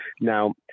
Now